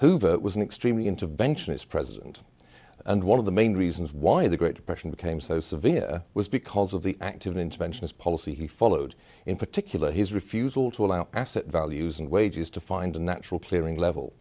hoover was an extremely interventionist president and one of the main reasons why the great depression became so severe was because of the active interventionist policy he followed in particular his refusal to allow asset values and wages to find a natural clearing level